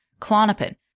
clonopin